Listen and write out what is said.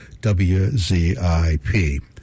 WZIP